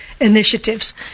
initiatives